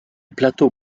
plateau